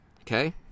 Okay